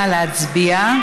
נא להצביע.